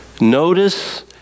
Notice